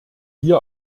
hier